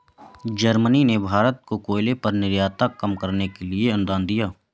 Germany ने भारत को कोयले पर निर्भरता कम करने के लिए अनुदान दिया